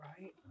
right